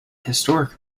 historic